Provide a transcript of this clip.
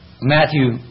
Matthew